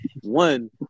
one